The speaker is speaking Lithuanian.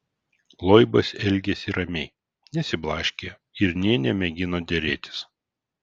loibas elgėsi ramiai nesiblaškė ir nė nemėgino derėtis